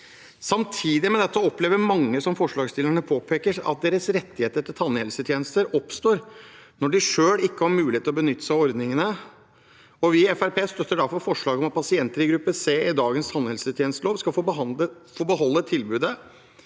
Samtidig med dette opplever mange – som forslagsstillerne påpeker – at deres rettigheter til tannhelsetjenester oppstår når de selv ikke har mulighet å benytte seg av ordningene. Vi i Fremskrittspartiet støtter derfor forslaget om at pasienter i gruppe C i dagens tannhelsetjenestelov skal få beholde tilbudet